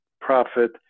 prophet